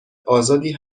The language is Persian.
آزادی